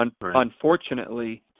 Unfortunately